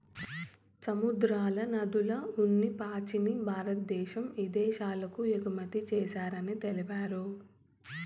సముద్రాల, నదుల్ల ఉన్ని పాచిని భారద్దేశం ఇదేశాలకు ఎగుమతి చేస్తారని తెలిపారు